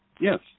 Yes